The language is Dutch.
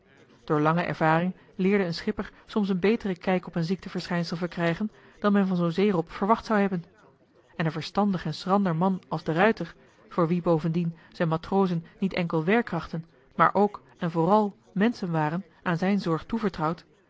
door lange ervaring leerde een schipper soms een beteren kijk op een ziekteverschijnsel verkrijgen dan men van zoo'n zeerob verwacht zou hebben en een verstandig en schrander man als de ruijter voor wien bovendien zijn matrozen niet enkel werkkrachten maar ook en vooral menschen waren aan zijn zorg toevertrouwd